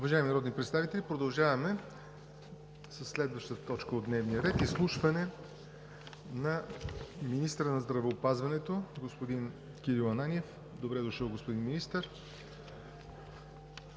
Добре дошъл, господин Министър!